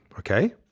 Okay